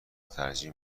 ترجیح